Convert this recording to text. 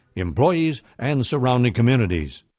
employees and surrounding communities.